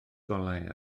golau